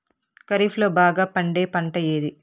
ఖరీఫ్ లో బాగా పండే పంట ఏది?